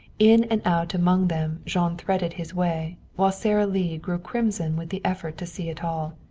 in and out among them jean threaded his way, while sara lee grew crimson with the effort to see it all,